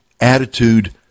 attitude